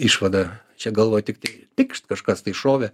išvadą čia galvoj tik tai tikšt kažkas šovė